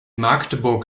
magdeburg